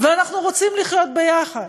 ואנחנו רוצים לחיות יחד.